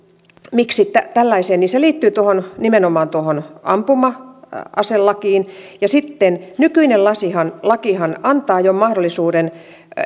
miksi tällainen niin se liittyy nimenomaan tuohon ampuma aselakiin ja sitten nykyinen lakihan lakihan antaa jo mahdollisuuden